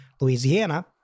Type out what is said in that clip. Louisiana